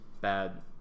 bad